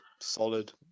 solid